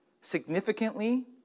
Significantly